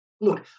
Look